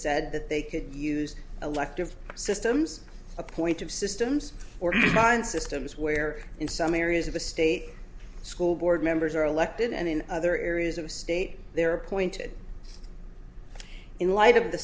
said that they could use elective systems appoint of systems or designed systems where in some areas of a state school board members are elected and in other areas of state they are appointed in light of the